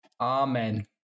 Amen